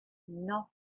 not